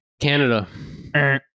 Canada